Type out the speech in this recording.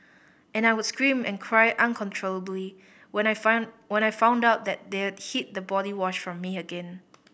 and I would scream and cry uncontrollably when I find when I found out that they're hid the body wash from me again